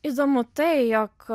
įdomu tai jog